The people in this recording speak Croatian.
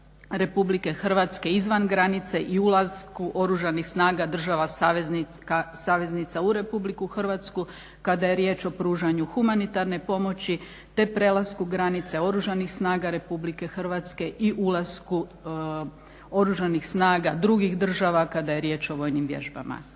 Republike Hrvatske izvan granice i ulasku Oružanih snaga država saveznica u Republiku Hrvatsku kada je riječ o pružanju humanitarne pomoći, te prelasku granice Oružanih snaga Republike Hrvatske i ulasku Oružanih snaga drugih država kada je riječ o vojnim vježbama.